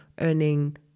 earning